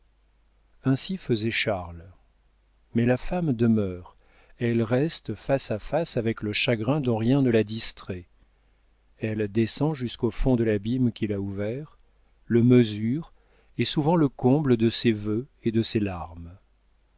ainsi faisait charles mais la femme demeure elle reste face à face avec le chagrin dont rien ne la distrait elle descend jusqu'au fond de l'abîme qu'il a ouvert le mesure et souvent le comble de ses vœux et de ses larmes